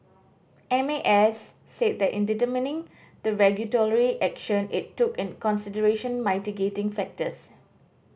M A S said that in determining the regulatory action it took in consideration mitigating factors